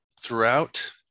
throughout